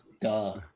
Duh